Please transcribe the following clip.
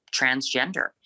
transgender